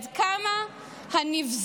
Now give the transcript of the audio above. עד כמה הנבזיות,